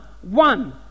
one